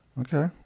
Okay